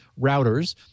routers